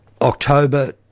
October